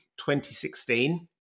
2016